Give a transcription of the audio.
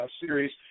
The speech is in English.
series